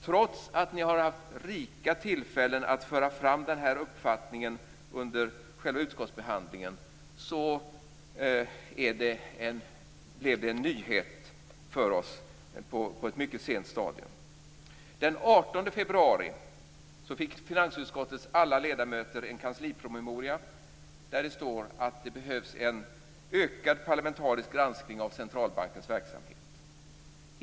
Trots att ni har haft rika tillfällen att föra fram den här uppfattningen under själva utskottsbehandlingen blev det en nyhet för oss på ett mycket sent stadium. Den 18 februari fick finansutskottets alla ledamöter en kanslipromemoria där det stod att det behövs en ökad parlamentarisk granskning av centralbankens verksamhet.